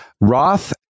Roth